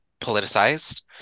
politicized